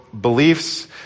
beliefs